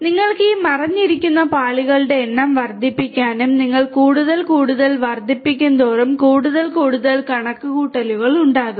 നിങ്ങൾക്ക് ഈ മറഞ്ഞിരിക്കുന്ന പാളികളുടെ എണ്ണം വർദ്ധിപ്പിക്കാനും നിങ്ങൾ കൂടുതൽ കൂടുതൽ വർദ്ധിപ്പിക്കുന്തോറും കൂടുതൽ കൂടുതൽ കണക്കുകൂട്ടലുകൾ ഉണ്ടാകും